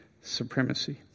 supremacy